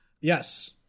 yes